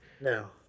No